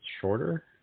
shorter